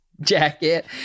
jacket